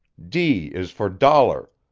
d is for dollar,